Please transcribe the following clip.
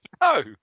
No